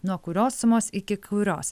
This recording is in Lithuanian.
nuo kurios sumos iki kurios